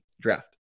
draft